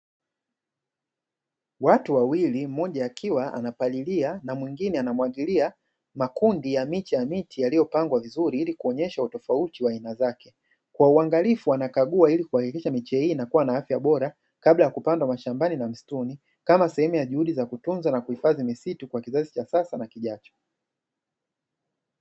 Watu wawili; mmoja akiwa anapalilia na mwingine anamwagilia makundi ya miche ya miti, yaliyopangwa vizuri ili kuonyesha utofauti wa aina zake, kwa uangalifu wanakagua ili kuhakikisha miche hii inakuwa na afya bora kabla ya kupandwa mashambani, na msituni, kama sehemu na juhudi za kutunza na kuhifadhi misitu kwa kizazi cha sasa na kijacho.